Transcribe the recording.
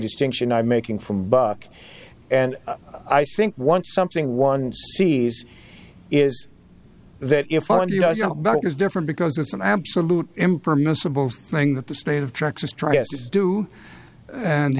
distinction i'm making from buck and i think once something one sees is that if i'm back it's different because it's an absolute impermissible thing that the state of texas tried to do and